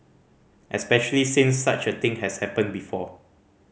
especially since such a thing has happened before